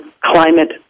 climate